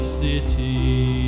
city